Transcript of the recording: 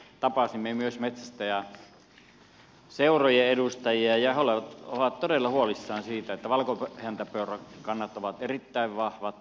tapasimme myös metsästäjäseurojen edustajia ja he ovat todella huolissaan siitä että valkohäntäpeurakannat ovat erittäin vahvat